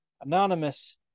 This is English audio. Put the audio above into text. Anonymous